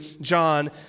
John